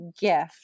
gift